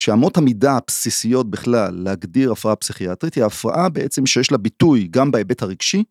שאמות המידה הבסיסיות, בכלל, להגדיר הפרעה פסיכיאטרית היא הפרעה בעצם שיש לה ביטוי גם בהיבט הרגשי...